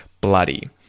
Bloody